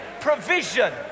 provision